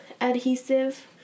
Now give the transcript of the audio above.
adhesive